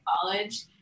college